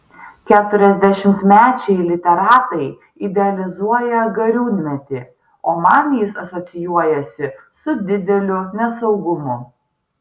keturiasdešimtmečiai literatai idealizuoja gariūnmetį o man jis asocijuojasi su dideliu nesaugumu